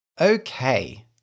Okay